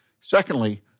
Secondly